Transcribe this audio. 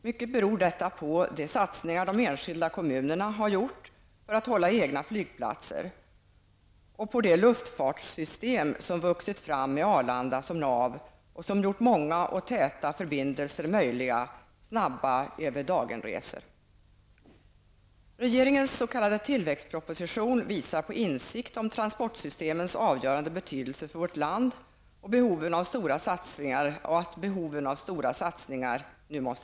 Mycket beror detta på de satsningar som de enskilda kommunerna har gjort för att hålla egna flygplatser samt på det luftfartssystem som vuxit fram med Arlanda som nav och som gjort många och täta förbindelser samt snabba resor över dagen möjliga. Regeringens s.k. tillväxtproposition visar på insikt om transportsystemens avgörande betydelse för vårt land och på behoven av att stora satsningar nu görs.